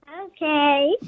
Okay